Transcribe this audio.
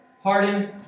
Harden